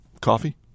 Coffee